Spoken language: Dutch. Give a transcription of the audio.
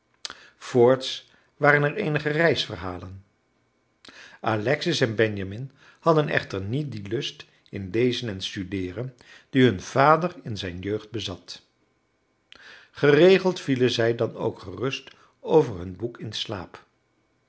voorts waren er eenige reisverhalen alexis en benjamin hadden echter niet dien lust in lezen en studeeren dien hun vader in zijn jeugd bezat geregeld vielen zij dan ook gerust over hun boek in slaap